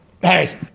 hey